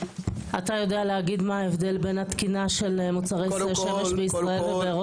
אתה יודע לומר מה ההבדל בין התקינה של מוצרי שמש בישראל ובאירופה?